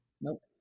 Nope